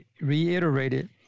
reiterated